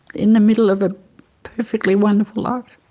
in the middle of a perfectly wonderful life.